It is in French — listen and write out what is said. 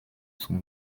son